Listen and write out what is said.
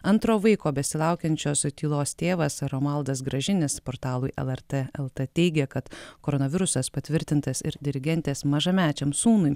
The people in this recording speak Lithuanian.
antro vaiko besilaukiančios tylos tėvas romualdas gražinis portalui lrt lt teigė kad koronavirusas patvirtintas ir dirigentės mažamečiam sūnui